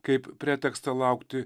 kaip pretekstą laukti